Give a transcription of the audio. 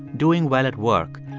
doing well at work,